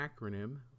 acronym